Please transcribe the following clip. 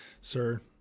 Sir